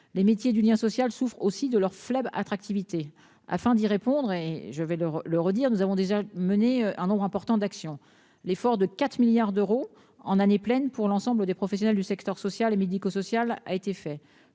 Les métiers du lien social souffrent aussi de leur faible attractivité. Afin d'y répondre, je le redis, nous avons déjà mené un nombre important d'actions. Nous avons engagé un effort de 4 milliards d'euros en année pleine pour l'ensemble des professionnels du secteur social et médico-social. On compte